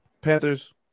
Panthers